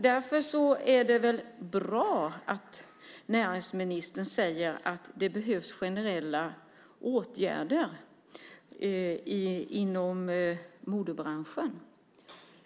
Därför är det väl bra att näringsministern säger att det behövs generella åtgärder inom modebranschen.